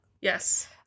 Yes